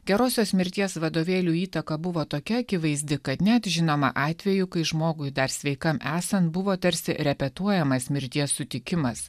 gerosios mirties vadovėlių įtaka buvo tokia akivaizdi kad net žinoma atvejų kai žmogui dar sveikam esant buvo tarsi repetuojamas mirties sutikimas